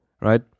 right